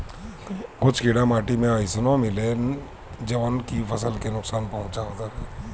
कुछ कीड़ा माटी में अइसनो मिलेलन जवन की फसल के नुकसान पहुँचावत हवे